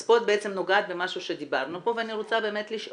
אז פה בעצם את נוגעת במשהו שדיברנו ואני רוצה לשאול,